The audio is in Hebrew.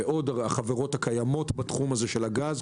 וכן חברות שקיימות בתחום הגז,